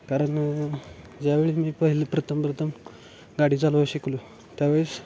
कारण ज्यावेळी मी पहिले प्रथम प्रथम गाडी चालवायला शिकलो त्यावेळेस